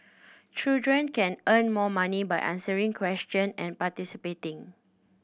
children can earn more money by answering question and participating